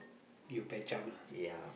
you patch up ah